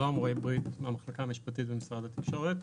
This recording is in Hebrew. שלום, רועי ברית מהמחלקה המשפטית במשרד התקשורת.